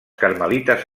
carmelites